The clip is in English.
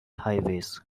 highways